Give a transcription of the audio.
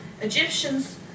Egyptians